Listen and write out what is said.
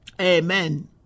Amen